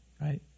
right